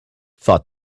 thought